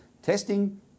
Testing